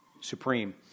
supreme